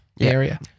area